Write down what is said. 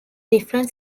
different